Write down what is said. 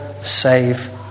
save